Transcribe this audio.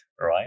right